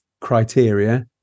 criteria